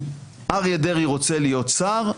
אריה דרעי רוצה להיות שר,